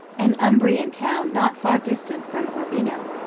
an umbrian town not far distant from urbino.